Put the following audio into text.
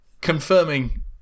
Confirming